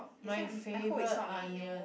my favourite onion